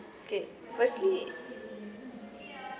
okay firstly